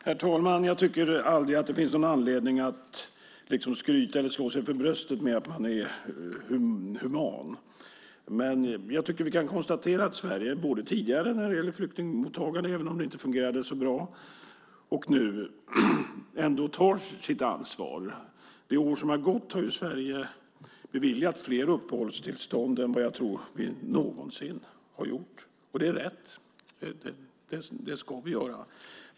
Herr talman! Jag tycker aldrig att det finns anledning att skryta eller slå sig för bröstet för att man är human. Men jag tycker att vi kan konstatera att Sverige både tidigare när det gäller flyktingmottagande, även om det inte fungerade så bra, och nu ändå tar sitt ansvar. Under det år som har gått har Sverige beviljat fler uppehållstillstånd än vad jag tror att vi någonsin har gjort. Och det är rätt. Det ska vi göra.